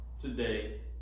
today